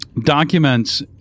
documents